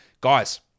Guys